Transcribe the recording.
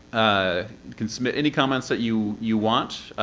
ah can submit any comments that you you want.